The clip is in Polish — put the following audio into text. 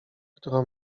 którą